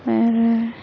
வேறு